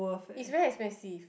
is very expensive